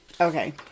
Okay